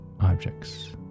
objects